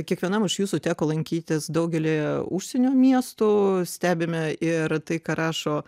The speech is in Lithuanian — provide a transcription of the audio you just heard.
kiekvienam iš jūsų teko lankytis daugelyje užsienio miestų stebime ir tai ką rašo